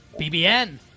BBN